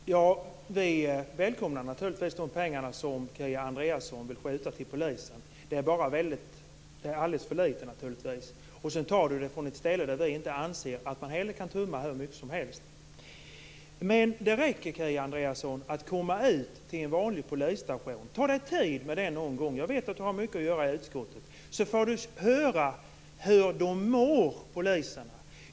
Fru talman! Vi välkomnar naturligtvis de pengar som Kia Andreasson vill föra över till polisen. Men det är naturligtvis alldeles för litet. De tas dessutom från ett ställe där vi inte anser att man kan tumma hur mycket som helst. Det räcker med att komma ut till en vanlig polisstation. Jag uppmanar Kia Andreasson att ta sig tid till det någon gång. Jag vet att hon har mycket att göra i utskottet. Då får hon höra hur poliserna mår.